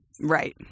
Right